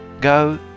Go